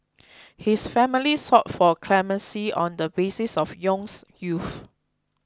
his family sought for clemency on the basis of Yong's youth